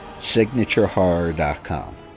SignatureHorror.com